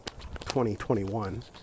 2021